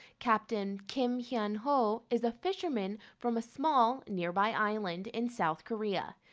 captain kim hyun-ho is a fisherman from a small, nearby island in south korea.